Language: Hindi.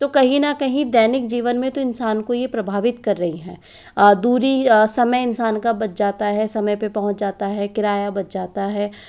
तो कहीं न कहीं दैनिक जीवन में तो इंसान को यह प्रभावित कर रही है दूरी समय इंसान का बच जाता है समय पे पहुँच जाता है किराया बच जाता है